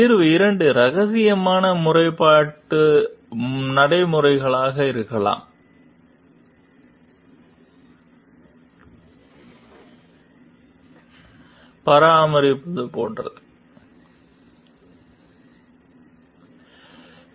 தீர்வு 2 இரகசியமான முறைப்பாட்டு நடைமுறைகளாக இருக்கலாம் அநாமதேயத்தைப் பராமரிப்பது போன்றவை